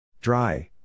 Dry